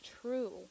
true